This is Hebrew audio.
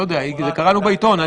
לא יודע, קראנו בעיתון.